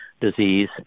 disease